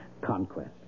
conquest